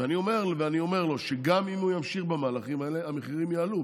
ואני אומר לו שגם אם הוא ימשיך במהלכים האלה המחירים יעלו,